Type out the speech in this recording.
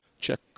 check